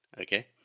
Okay